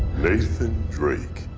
nathan drake!